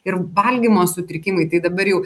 ir valgymo sutrikimai tai dabar jau